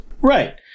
Right